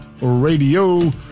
Radio